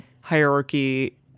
hierarchy